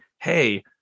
hey